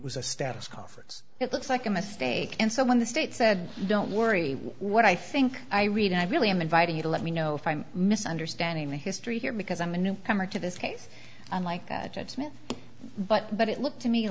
it was a status conference it looks like a mistake and so when the state said don't worry what i think i read i really am inviting you to let me know if i'm misunderstanding the history here because i'm a newcomer to this case unlike that judgement but but it looked to me